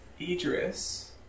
Idris